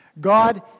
God